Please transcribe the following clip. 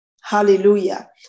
Hallelujah